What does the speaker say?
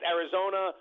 Arizona